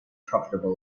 profitable